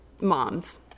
moms